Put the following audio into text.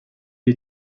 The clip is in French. est